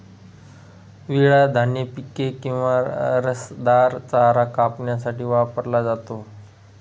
विळा धान्य पिके किंवा रसदार चारा कापण्यासाठी वापरला जातो